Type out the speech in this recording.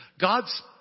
God's